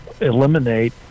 eliminate